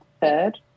third